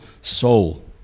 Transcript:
soul